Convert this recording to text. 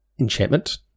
enchantment